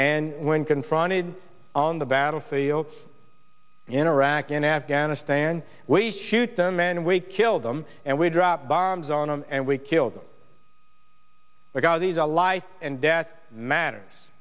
and when confronted on the battlefield in iraq and afghanistan we shoot them and we kill them and we drop bombs on them and we kill them because these are life and death matter